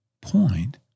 point